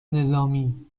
نظامی